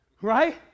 Right